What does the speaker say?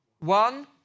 One